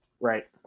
Right